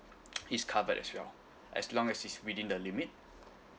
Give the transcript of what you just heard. it's covered as well as long as it's within the limit